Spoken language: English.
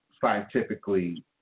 scientifically